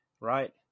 right